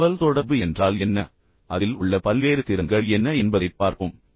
தகவல்தொடர்பு என்றால் என்ன அதில் உள்ள பல்வேறு திறன்கள் என்ன என்பதைப் பார்ப்போம்